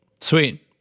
Sweet